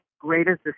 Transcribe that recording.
greatest